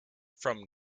from